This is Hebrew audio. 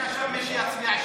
אין לך שם מי שיצביע.